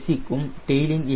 c க்கும் டெயிலின் a